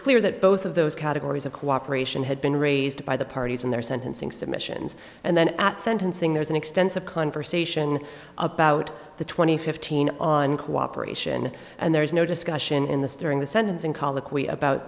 clear that both of those categories of cooperation had been raised by the parties in their sentencing submissions and then at sentencing there's an extensive conversation about the twenty fifteen on cooperation and there is no discussion in this during the